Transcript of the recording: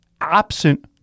absent